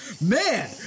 man